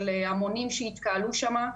של המונים שהתקהלו שם,